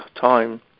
time